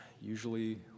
usually